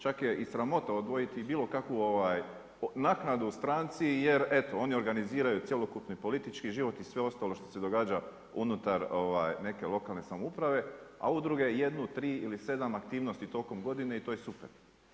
Čak je i sramota odvojiti i bilo kakvu naknadu u stranci jer eto oni organiziraju cjelokupni politički život i sve ostalo što se događa unutar neke lokalne samouprave, a udruge jednu, tri ili sedam aktivnosti tokom godine i to je super.